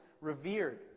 revered